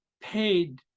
paid